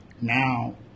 now